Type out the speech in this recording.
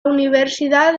universidad